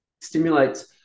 stimulates